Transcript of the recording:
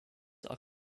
are